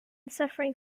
suffering